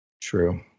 True